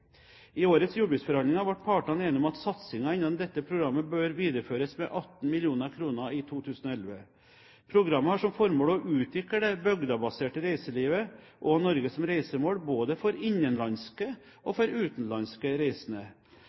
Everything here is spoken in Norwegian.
I årets jordbruksforhandlinger ble partene enige om at satsingen innen dette programmet bør videreføres med 18 mill. kr i 2011. Programmet har som formål å utvikle det bygdebaserte reiselivet og Norge som reisemål, både for innenlandske og for utenlandske reisende.